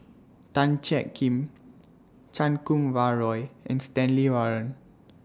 Tan Kim Chan Kum Wah Roy and Stanley Warren